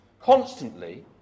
constantly